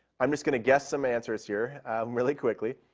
i'm just going to guess some answers here really quickly.